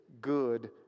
good